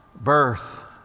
birth